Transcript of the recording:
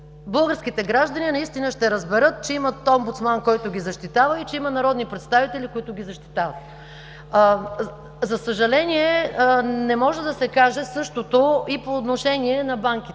Българските граждани наистина ще разберат, че имат омбудсман, който ги защитава, и че има народни представители, които ги защитават. За съжаление, не може да се каже същото и по отношение на банките,